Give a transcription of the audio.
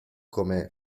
come